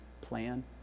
plan